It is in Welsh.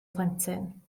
plentyn